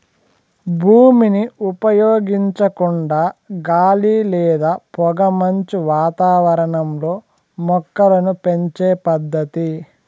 భూమిని ఉపయోగించకుండా గాలి లేదా పొగమంచు వాతావరణంలో మొక్కలను పెంచే పద్దతి